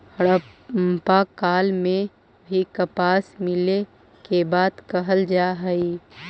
हड़प्पा काल में भी कपास मिले के बात कहल जा हई